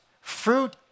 fruit